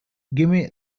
gimme